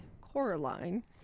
Coraline